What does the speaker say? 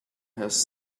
has